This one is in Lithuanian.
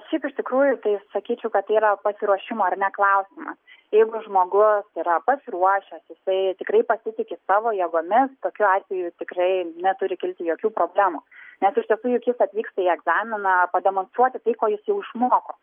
šiaip iš tikrųjų tai sakyčiau kad tai yra pasiruošimo ar ne klausimas jeigu žmogus yra pasiruošęs jisai tikrai pasitiki savo jėgomis tokiu atveju tikrai neturi kilti jokių problemų nes iš tiesų juk jis atvyksta į egzaminą pademonstruoti tai ko jis jau išmoko